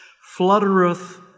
fluttereth